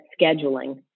scheduling